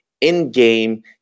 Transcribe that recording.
in-game